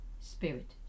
Spirit